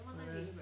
不会 eh